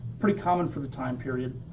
pretty common for the time period.